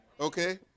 Okay